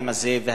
והיריות.